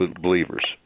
believers